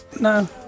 No